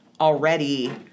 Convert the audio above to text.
already